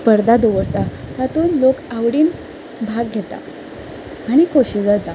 स्पर्धा दवरता तातूंत लोक आवडीन भाग घेता आनी खोशी जाता